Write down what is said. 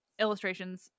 illustrations